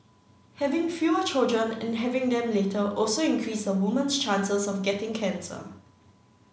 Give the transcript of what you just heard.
having fewer children and having them later also increase a woman's chances of getting cancer